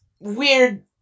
weird